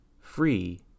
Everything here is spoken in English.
free